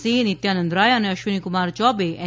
સિંહ નિત્યાનંદ રાય અને અશ્વિનીકમાર ચૌબે એન